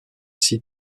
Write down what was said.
six